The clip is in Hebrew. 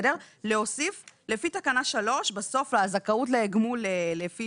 להוסיף לפי תקנה 3 שהזכאות לגמול לפי